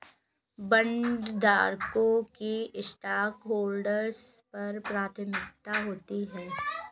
बॉन्डधारकों की स्टॉकहोल्डर्स पर प्राथमिकता होती है